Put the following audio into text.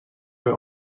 were